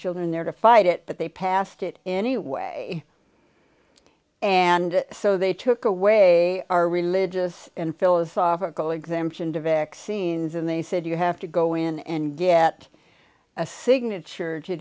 children there to fight it but they passed it anyway and so they took away our religious and philosophical exemption to vaccines and they said you have to go in and get a signature to